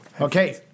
Okay